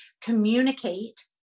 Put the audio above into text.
communicate